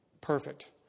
perfect